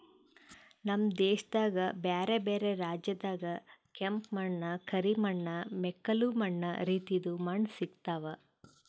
ನಮ್ ದೇಶದಾಗ್ ಬ್ಯಾರೆ ಬ್ಯಾರೆ ರಾಜ್ಯದಾಗ್ ಕೆಂಪ ಮಣ್ಣ, ಕರಿ ಮಣ್ಣ, ಮೆಕ್ಕಲು ಮಣ್ಣ ರೀತಿದು ಮಣ್ಣ ಸಿಗತಾವ್